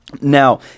Now